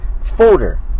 folder